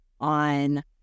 on